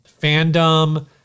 fandom